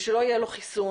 ושלא יהיה לו חיסון,